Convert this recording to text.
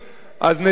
אז נדבר.